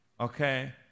okay